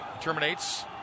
terminates